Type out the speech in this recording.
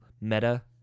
meta